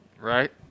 Right